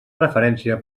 referència